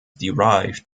derived